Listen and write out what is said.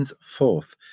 forth